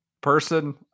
person